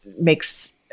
makes